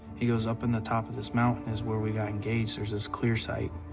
he goes, up in the top of this mountain is where we got engaged. there's this clear site.